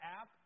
app